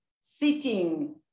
sitting